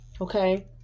okay